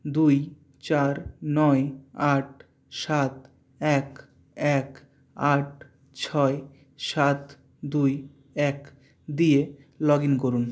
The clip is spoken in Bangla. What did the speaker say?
দুই চার নয় আট সাত এক এক আট ছয় সাত দুই এক দিয়ে লগ ইন করুন